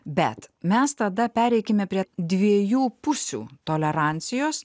bet mes tada pereikime prie dviejų pusių tolerancijos